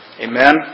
Amen